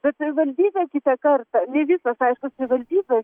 bet savivaldybė kitą kartą ne visos aišku savivaldybės